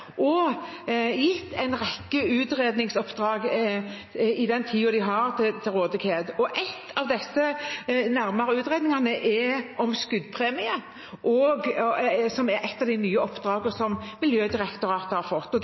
gitt en rekke utredningsoppdrag i den tiden de har til rådighet. Nærmere utredninger om skuddpremie er et av de nye oppdragene som Miljødirektoratet har fått. Derfor vil ikke jeg forskuttere det arbeidet. De